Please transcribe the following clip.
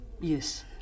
Yes